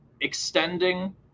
extending